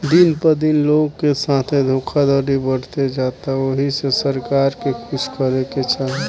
दिन प दिन लोग के साथे धोखधड़ी बढ़ते जाता ओहि से सरकार के कुछ करे के चाही